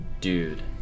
dude